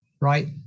Right